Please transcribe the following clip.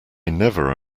never